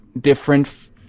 different